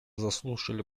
заслушали